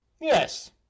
Yes